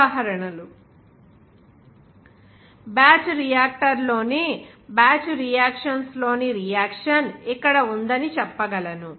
ఉదాహరణలు బ్యాచ్ రియాక్టర్లో ని బ్యాచ్ రియాక్షన్లో ని రియాక్షన్ ఇక్కడ ఉందని చెప్పగలను